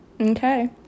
Okay